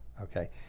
okay